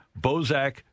Bozak